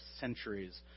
centuries